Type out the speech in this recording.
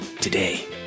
Today